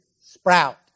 sprout